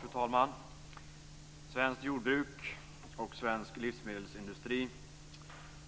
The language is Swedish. Fru talman! Svenskt jordbruk och svensk livsmedelsindustri